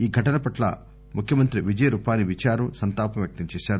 ఈ ఘటన పట్ల ముఖ్యమంత్రి విజయ్ రూపానీ విచారం సంతాపం వ్యక్తంచేశారు